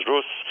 Rus